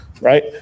Right